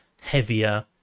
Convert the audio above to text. heavier